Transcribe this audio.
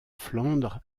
flandre